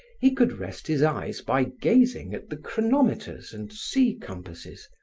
he could rest his eyes by gazing at the chronometers and sea compasses,